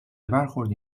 برخوردی